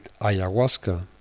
ayahuasca